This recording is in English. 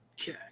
Okay